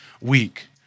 week